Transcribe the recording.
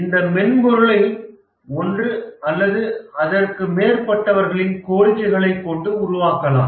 இந்த மென்பொருளை ஒன்று அல்லது அதற்கு மேற்பட்டவர்களின் கோரிக்கைகளை கொண்டு உருவாக்கலாம்